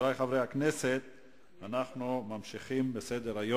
בעד, 10, אין נמנעים ואין מתנגדים.